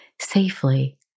safely